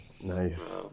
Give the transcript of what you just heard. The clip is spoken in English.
Nice